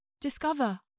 discover